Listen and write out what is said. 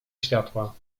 światła